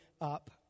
up